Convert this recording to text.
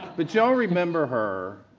but y'all remember her.